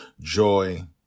Joy